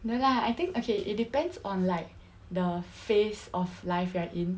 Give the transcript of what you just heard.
no lah I think okay it depends on like the phase of life you are in